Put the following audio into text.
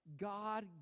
God